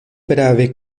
prave